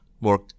more